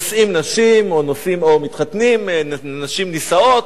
נושאים נשים או מתחתנים נשים נישאות,